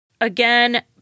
Again